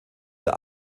der